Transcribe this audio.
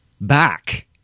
back